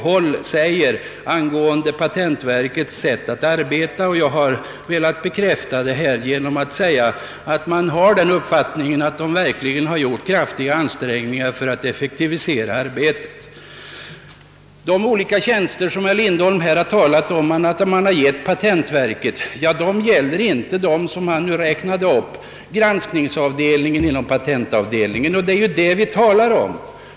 Man säger emellertid på erfaret patentbyråhåll, och jag har velat bekräfta det här, att patentverket har gjort kraftiga ansträngningar för att effektivisera arbetet. De olika tjänster som patentverket har fått och som herr Lindholm räknade upp gäller inte granskningsavdelningen vid patentavdelningen, och det är den vi talar om nu.